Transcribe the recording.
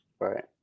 right